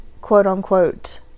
quote-unquote